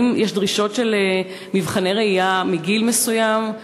האם יש דרישות למבחני ראייה מגיל מסוים?